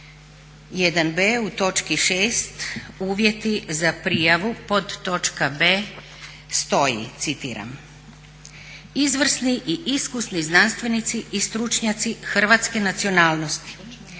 1.b u točki 6. uvjeti za prijavu, podtočka b. stoji citiram: "Izvrsni i iskusni znanstvenici i stručnjaci hrvatske nacionalnosti